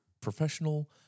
professional